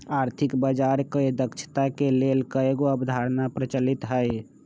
आर्थिक बजार के दक्षता के लेल कयगो अवधारणा प्रचलित हइ